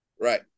Right